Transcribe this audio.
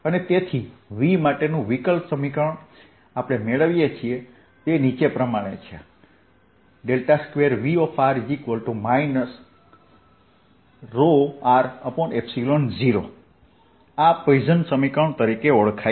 અને તેથી V માટેનું વિકલ સમીકરણ આપણે મેળવીએ છીએ તે આ પ્રમાણે છે 2Vr ρ0 આ પોઇસન સમીકરણ તરીકે ઓળખાય છે